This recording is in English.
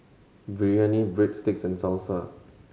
Biryani Breadsticks and Salsa